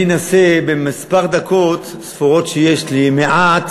אני אנסה בדקות הספורות שיש לי מעט